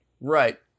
Right